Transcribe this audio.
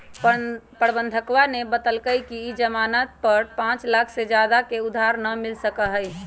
प्रबंधकवा ने बतल कई कि ई ज़ामानत पर पाँच लाख से ज्यादा के उधार ना मिल सका हई